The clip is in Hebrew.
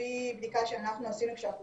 לפי בדיקה שאנחנו, עשינו כשאנחנו